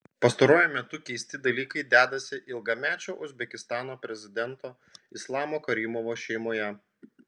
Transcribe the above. pastaruoju metu keisti dalykai dedasi ilgamečio uzbekistano prezidento islamo karimovo šeimoje